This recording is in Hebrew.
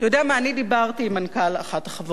אני דיברתי עם מנכ"ל אחת החברות האלה.